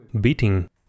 beating